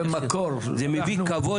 זה מביא כבוד